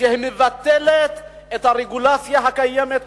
שמבטלת את הרגולציה הקיימת כרגע,